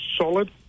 solid